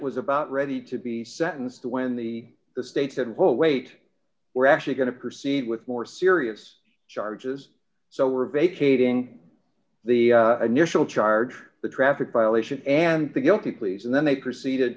was about ready to be sentenced when the state said well wait we're actually going to proceed with more serious charges so we're vacating the initial charge the traffic violation and the guilty pleas and then they proceeded